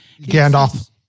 Gandalf